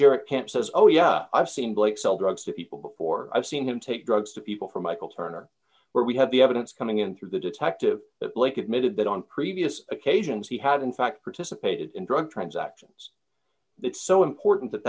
derek camp says oh yeah i've seen blake sell drugs to people before i've seen him take drugs to people for michael turner where we have the evidence coming in through the detective that blake admitted that on previous occasions he had in fact participated in drug transactions that so important that